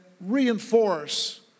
reinforce